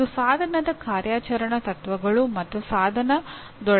ಇದು ಸಾಧನದ ಕಾರ್ಯಾಚರಣಾ ತತ್ವಗಳು ಮತ್ತು ಸಾಧನದೊಳಗಿನ ಘಟಕಗಳು